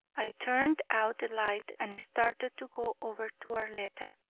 i turned out the light and started to go over to arletta.